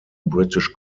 british